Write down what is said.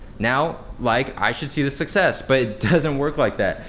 now like i should see the success, but it doesn't work like that.